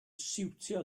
siwtio